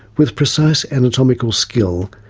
with precise anatomical skill,